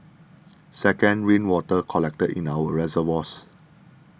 second rainwater collected in our reservoirs